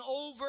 over